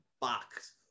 box